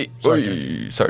sorry